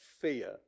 fear